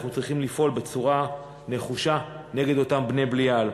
אנחנו צריכים לפעול בצורה נחושה נגד אותם בני-בליעל.